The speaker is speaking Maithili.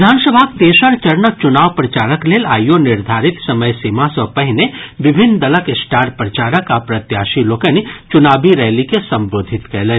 विधानसभाक तेसर चरणक चुनाव प्रचारक लेल आइयो निर्धारित समय सीमा सँ पहिने विभिन्न दलक स्टार प्रचारक आ प्रत्याशी लोकनि चुनावी रैली के संबोधित कयलनि